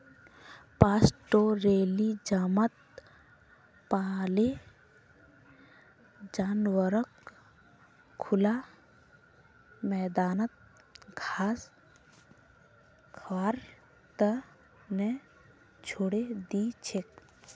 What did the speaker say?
पास्टोरैलिज्मत पाले जानवरक खुला मैदानत घास खबार त न छोरे दी छेक